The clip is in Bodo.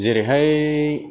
जेरैहाय